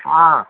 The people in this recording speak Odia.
ହଁ